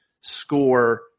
score